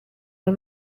ubu